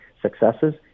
successes